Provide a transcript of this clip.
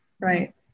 right